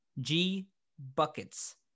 G-buckets